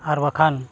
ᱟᱨ ᱵᱟᱠᱷᱟᱱ